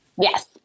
Yes